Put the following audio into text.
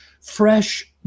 fresh